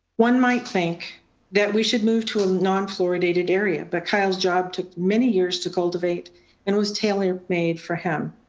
one might think that we should move to a non fluoridated area, but kyle's job took many years to cultivate and it was tailor made for him.